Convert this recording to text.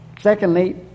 Secondly